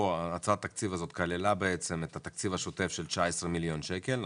הצעת התקציב הזאת כללה את התקציב השוטף של 19 מיליון שקל,